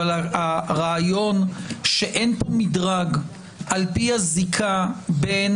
אבל הרעיון שאין פה מדרג על פי הזיקה בין